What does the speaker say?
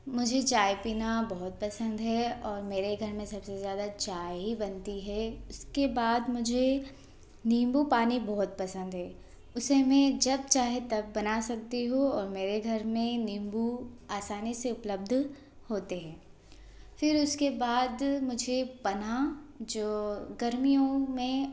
मुझे चाय पीना बहुत पसंद है और मेरे घर में सबसे ज़्यादा चाय ही बनती है उसके बाद मुझे नींबू पानी बहुत पसंद है उसे मैं जब चाहे तब बना सकती हूँ और मेरे घर में नींबू आसानी से उपलब्ध होते हैं फिर उसके बाद मुझे बना जो गर्मियों में